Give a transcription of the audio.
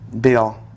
Bill